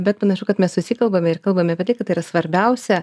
bet panašu kad mes susikalbame ir kalbame apie tai kad yra svarbiausia